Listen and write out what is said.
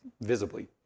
Visibly